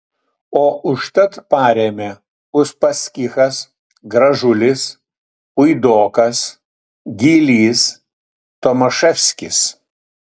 o užtat parėmė uspaskichas gražulis puidokas gylys tomaševskis